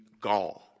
gone